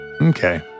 Okay